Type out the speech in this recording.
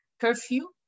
curfew